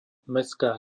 mestská